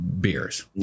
beers